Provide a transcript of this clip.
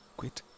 quit